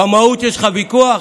במהות יש לך ויכוח,